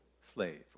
slave